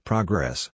Progress